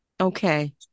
okay